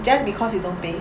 just because you don't pay